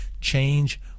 change